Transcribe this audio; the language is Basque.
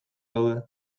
daude